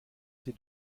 sie